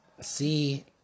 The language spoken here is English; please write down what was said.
see